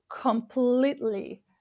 completely